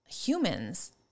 humans